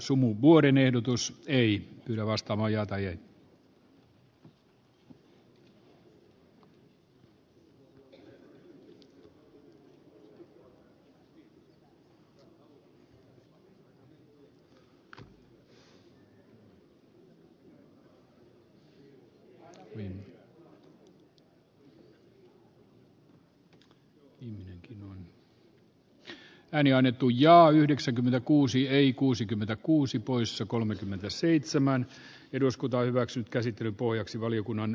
esitän että pykälä saa sen muodon mikä on pöydille jaetussa monisteessa mikä tarkoittaa työntekijöitten aseman oleellista parantamista